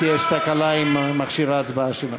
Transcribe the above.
כי יש תקלה במכשיר ההצבעה שלו.